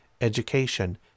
education